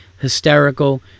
Hysterical